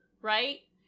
Right